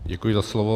Děkuji za slovo.